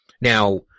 Now